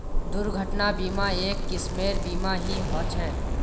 दुर्घटना बीमा, एक किस्मेर बीमा ही ह छे